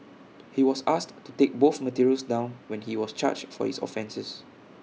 he was asked to take both materials down when he was charged for his offences